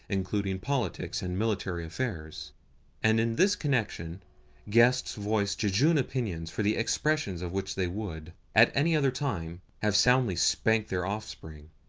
including politics and military affairs and in this connection guests voiced jejune opinions for the expression of which they would, at any other time, have soundly spanked their offspring.